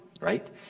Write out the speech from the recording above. right